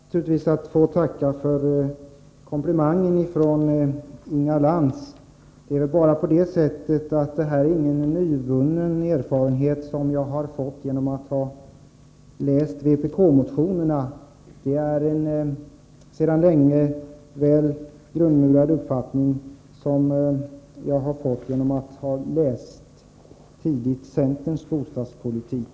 Fru talman! Jag ber att få tacka för komplimangen från Inga Lantz. Det är bara på det sättet att det här inte är någon nyvunnen erfarenhet som jag har fått genom att läsa vpk-motionerna. Det är en sedan länge väl grundmurad uppfattning, som jag har fått genom att jag tidigt har läst centerns bostadspolitik.